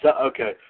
Okay